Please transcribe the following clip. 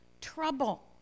trouble